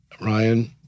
Ryan